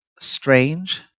strange